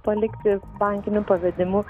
palikti bankiniu pavedimu